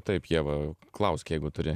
taip ieva klausk jeigu turi